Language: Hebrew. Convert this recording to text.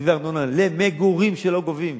תקציבי ארנונה למגורים שלא גובים,